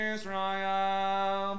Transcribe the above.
Israel